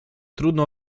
trudno